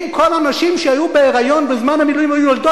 אם כל הנשים שהיו בהיריון בזמן המילואים היו יולדות,